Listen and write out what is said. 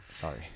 Sorry